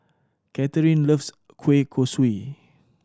Katharine loves kueh kosui